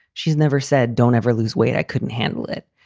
she's never said don't ever lose weight. i couldn't handle it.